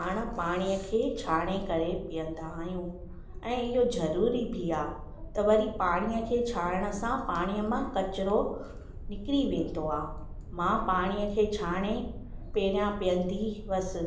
पाण पाणीअ खे छाणे करे पीअंदा आहियूं ऐं इहो ज़रूरी बि आहे त वरी पाणीअ खे छाणण सां पाणीअ मां कचिरो निकिरी वेंदो आहे मां पाणीअ खे छाणे पहिरियां पीअंदी हुअसि